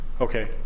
okay